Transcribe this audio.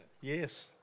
Yes